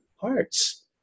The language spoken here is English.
hearts